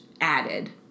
added